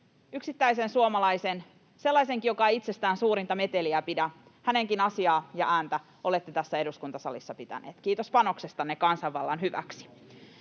yksittäisen suomalaisen, sellaisenkin, joka ei itsestään suurinta meteliä pidä, asiaa ja pitänyt hänen ääntään esillä tässä eduskuntasalissa. Kiitos panoksestanne kansanvallan hyväksi.